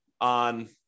on